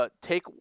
take